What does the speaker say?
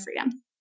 freedom